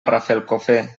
rafelcofer